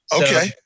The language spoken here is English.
Okay